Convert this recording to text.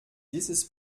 dieses